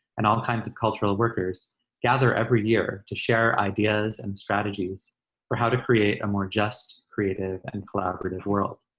and all kinds of cultural workers gather every year to share ideas and strategies for how to create a more just, creative, and collaborative world.